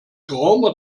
geraumer